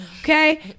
Okay